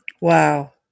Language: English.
Wow